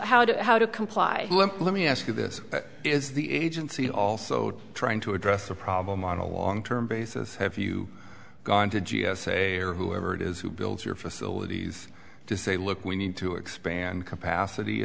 well let me ask you this is the agency also trying to address the problem on a long term basis have you gone to g s a or whoever it is who builds your facilities to say look we need to expand capacity